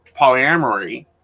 polyamory